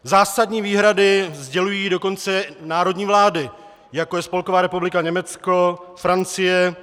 Zásadní výhrady sdělují dokonce národní vlády, jako je Spolková republika Německo, Francie.